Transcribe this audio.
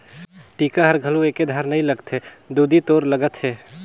टीका हर घलो एके धार नइ लगथे दुदि तोर लगत हे